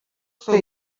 fer